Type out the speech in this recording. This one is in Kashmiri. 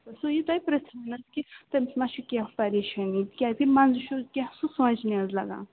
سُہ یہِ توہہِ پرٛژھنہٕ کہِ تٔمِس ما چھُ کیٚنٛہہ پریشٲنی کیٛازِ منٛزٕ چھُ کیٚنٛہہ سُہ سونٛچہِ حظ لگان